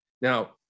Now